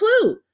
clue